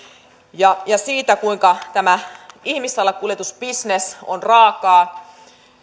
ja ja se kuinka tämä ihmissalakuljetusbisnes on raakaa